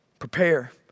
Prepare